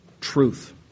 truth